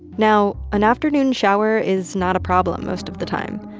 now, an afternoon shower is not a problem most of the time.